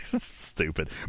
stupid